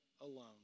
alone